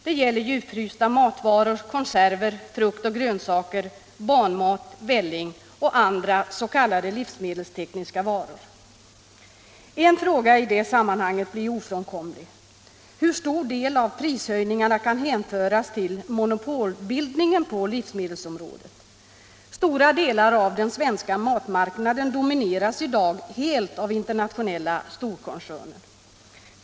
Det gäller djupfrysta matvaror, konserver, frukt och grönsaker, barnmat, välling och andra s.k. livs En fråga i det sammanhanget blir ofrånkomlig: Hur stor del av prishöjningarna kan hänföras till monopolbildningen på livsmedelsområdet? Stora delar av den svenska matmarknaden domineras i dag helt av internationella storkoncerner.